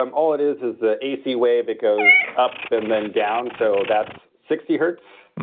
um all it is, is the ac wave, it goes up and then down. so, that's sixty hertz.